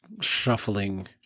shuffling